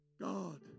God